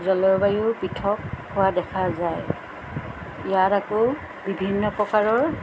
জলবায়ু পৃথক হোৱা দেখা যায় ইয়াত আকৌ বিভিন্ন প্ৰকাৰৰ